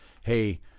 hey